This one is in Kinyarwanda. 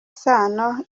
isano